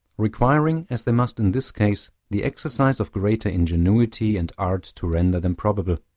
requiring, as they must in this case, the exercise of greater ingenuity and art to render them probable.